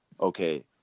okay